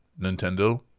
Nintendo